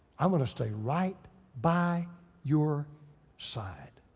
i'm gonna stay right by your side.